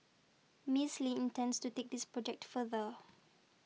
Miss Lin intends to take this project further